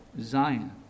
Zion